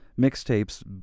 mixtapes